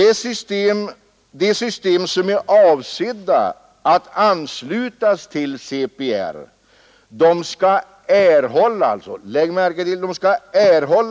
De system som är avsedda att anslutas till CPR skall erhålla